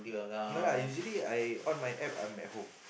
no lah usually I on my App I'm at home